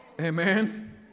Amen